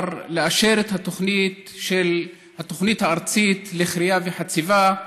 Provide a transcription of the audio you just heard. לאשר את התוכנית הארצית לכרייה וחציבה,